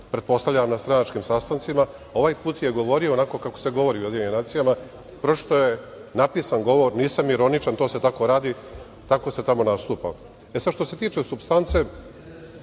pretpostavljam na stranačkim sastancima, ovaj put je govorio onako kako se govori u UN, pročitao je napisan govor, nisam ironičan, to se tako radi, tako se tamo nastupa. Što se tiče supstance,